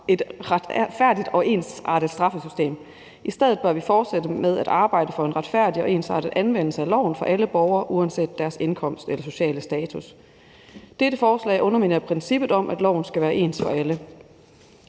et retfærdigt og ensartet straffesystem. I stedet bør vi fortsætte med at arbejde for en retfærdig og ensartet anvendelse af loven for alle borgere uanset deres indkomst eller sociale status. Dette forslag underminerer princippet om, at loven skal være ens for alle.